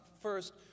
first